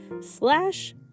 slash